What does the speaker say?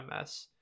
MS